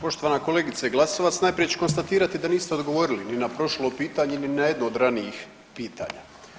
Poštovana kolegice Glasovac, najprije ću konstatirati da niste odgovorili ni na prošlo pitanje, ni na jedno od ranijih pitanja.